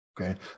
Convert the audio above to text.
okay